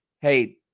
hey